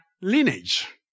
lineage